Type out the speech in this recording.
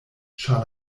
ĉar